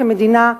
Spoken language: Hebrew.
כמדינה,